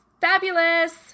fabulous